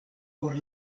por